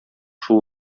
шул